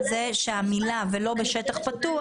המילה: ולא בשטח פתוח,